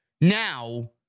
now